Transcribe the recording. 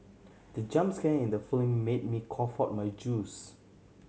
the jump scare in the film made me cough out my juice